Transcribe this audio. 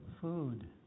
food